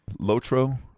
Lotro